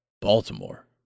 Baltimore